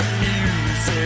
music